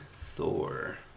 Thor